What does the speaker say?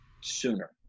sooner